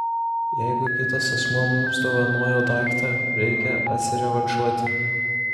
jeigu kitas asmuo mums dovanojo daiktą reikia atsirevanšuoti